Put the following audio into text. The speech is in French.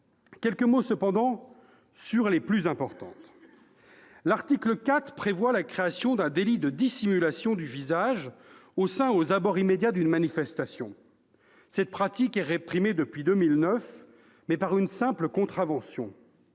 brièvement sur les plus importantes. L'article 4 prévoit la création d'un délit de dissimulation du visage au sein ou aux abords immédiats d'une manifestation. Cette pratique est réprimée depuis 2009, mais par une simple contravention.